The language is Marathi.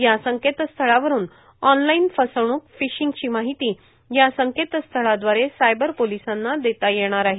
या संकेतस्थळावरून ऑनलाईन फसवणूकए फिशिंगची माहिती या संकेतस्थळाद्वारे सायबर पोलीसांना देता येणार आहे